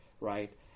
right